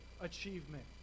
achievement